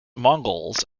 mongols